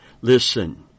Listen